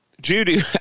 Judy